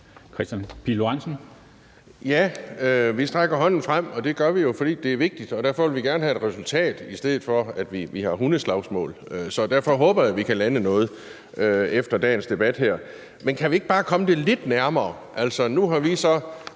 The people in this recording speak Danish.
Kristian Pihl Lorentzen (V): Ja, vi strækker hånden frem, og det gør vi jo, fordi det er vigtigt, og derfor vil vi gerne have et resultat i stedet for et hundeslagsmål. Så derfor håber jeg, at vi kan lande noget efter dagens debat. Men kan vi ikke bare komme det lidt nærmere? Nu har vi så